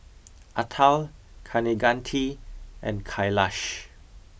Atal Kaneganti and Kailash